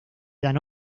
dan